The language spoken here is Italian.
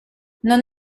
non